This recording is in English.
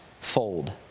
fold